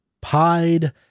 Pied